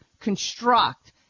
construct